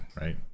right